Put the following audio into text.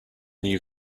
new